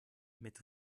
mit